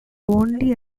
only